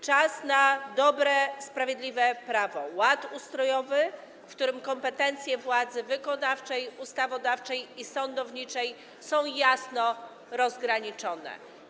Czas na dobre, sprawiedliwe prawo, ład ustrojowy, w którym kompetencje władzy wykonawczej, ustawodawczej i sądowniczej są jasno rozgraniczone.